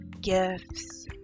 gifts